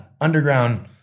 underground